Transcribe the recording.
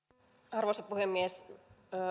arvoisa puhemies